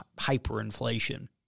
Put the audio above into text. hyperinflation